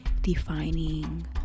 defining